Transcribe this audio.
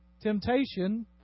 Temptation